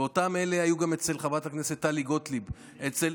ואותם אלה היו גם אצל חברת הכנסת טלי גוטליב, אצל,